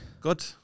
Good